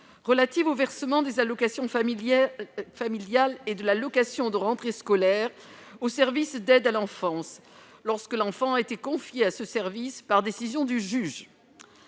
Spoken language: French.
relative au versement des allocations familiales et de l'allocation de rentrée scolaire au service d'aide à l'enfance lorsque l'enfant a été confié à ce service par décision du juge.